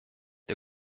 der